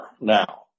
now